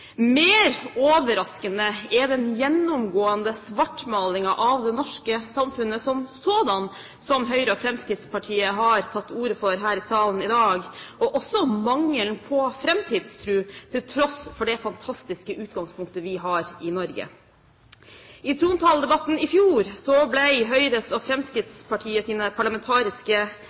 Mer overraskende er den gjennomgående svartmalingen av det norske samfunnet som sådant, som Høyre og Fremskrittspartiet har tatt til orde for her i salen i dag, og også mangelen på framtidstro til tross for det fantastiske utgangspunktet vi har i Norge. I trontaledebatten i fjor ble Høyres og Fremskrittspartiets parlamentariske